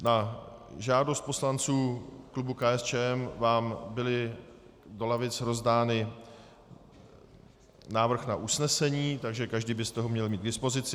Na žádost poslanců klubu KSČM vám byl do lavic rozdán návrh na usnesení, takže každý byste ho měl mít k dispozici.